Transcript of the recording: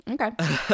Okay